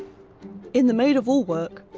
in the maid-of-all-work,